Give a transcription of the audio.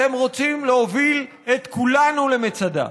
אתם רוצים להוביל את כולנו למצדה.